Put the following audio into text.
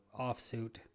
offsuit